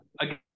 Again